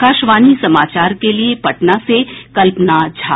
आकाशवाणी समाचार के लिए पटना से कल्पना झा